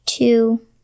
Two